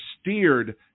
steered